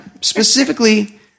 Specifically